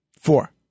Four